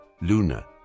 Luna